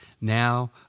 now